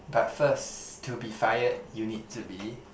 but first to be fired you need to be